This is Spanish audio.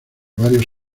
varios